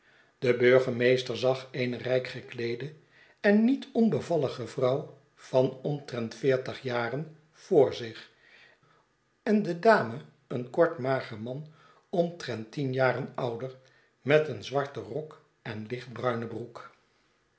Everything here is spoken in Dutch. de burgemeester zag eene rijk gekleede en niet onbevallige vrouw van omtrent veertig jaren voor zich en de dame een kort mager xnan omtrent tien jaren ouder met een z war ten rok en lichtbruine broek